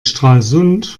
stralsund